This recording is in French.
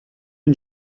une